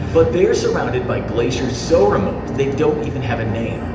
but they are surrounded by glaciers, so remote they don't even have a name.